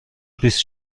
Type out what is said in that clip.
بیست